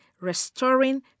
restoring